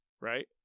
right